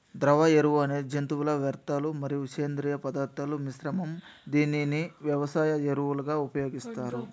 ద్రవ ఎరువు అనేది జంతువుల వ్యర్థాలు మరియు సేంద్రీయ పదార్థాల మిశ్రమం, దీనిని వ్యవసాయ ఎరువులుగా ఉపయోగిస్తారు